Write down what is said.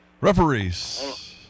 Referees